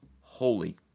holy